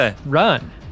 run